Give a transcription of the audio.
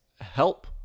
help